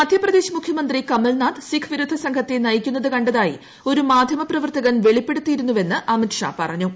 മധ്യപ്രദേശ് മുഖ്യമന്ത്രി കമൽനാഥ് സിഖ് വിരുദ്ധ സംഘത്തെ നയിക്കുന്നത്കണ്ടതായി ഒരു മാധ്യമപ്രവർത്തകൻ വെളിപ്പെടുത്തിയിരുന്നുവെന്നു അമിത്ഷ് പറഞ്ഞു